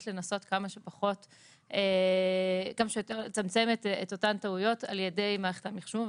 לנסות כמה שיותר לצמצם את אותן טעויות על ידי מערכת המחשוב,